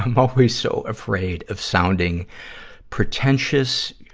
i'm always so afraid of sounding pretentious,